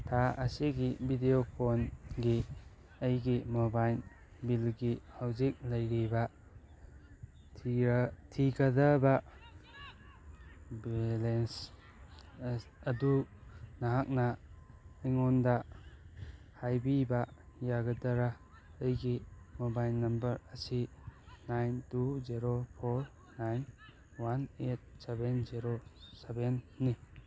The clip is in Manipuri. ꯊꯥ ꯑꯁꯤꯒꯤ ꯚꯤꯗꯤꯌꯣ ꯀꯣꯜꯒꯤ ꯑꯩꯒꯤ ꯃꯣꯕꯥꯏꯟ ꯕꯤꯜꯒꯤ ꯍꯧꯖꯤꯛ ꯂꯩꯔꯤꯕ ꯊꯤꯒꯗꯕ ꯕꯦꯂꯦꯟꯁ ꯑꯗꯨ ꯅꯍꯥꯛꯅ ꯑꯩꯉꯣꯟꯗ ꯍꯥꯏꯕꯤꯕ ꯌꯥꯒꯗꯔꯥ ꯑꯩꯒꯤ ꯃꯣꯕꯥꯏꯟ ꯅꯝꯕꯔ ꯑꯁꯤ nine two zero four nine one eight seven zero ꯁꯚꯦꯟꯅꯤ